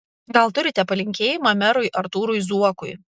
gal turite palinkėjimą merui artūrui zuokui